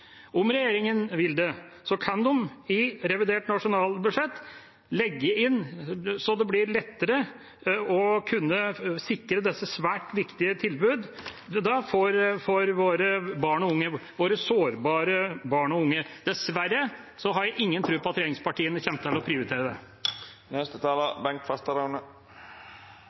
Om regjeringa vil det, kan den i revidert nasjonalbudsjett legge inn midler, slik at det blir lettere å kunne sikre disse svært viktige tilbudene for våre sårbare barn og unge. Dessverre har jeg ingen tro på at regjeringspartiene kommer til å prioritere det.